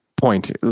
point